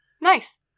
Nice